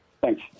Thanks